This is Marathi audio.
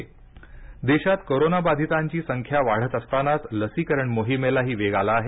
कोविड आकडेवारी देशात कोरोनाबाधितांची संख्या वाढत असतानाच लसीकरण मोहिमेलाही वेग आला आहे